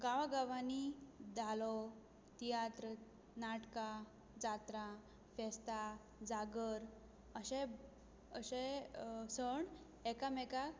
गांवां गांवांनी धालो तियात्र नाटकां जात्रां फेस्तां जागर अशें अशें सण एकामेकांक